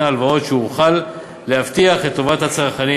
ההלוואות שיוכל להבטיח את טובת הצרכנים